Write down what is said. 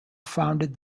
founded